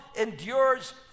endures